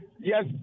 Yes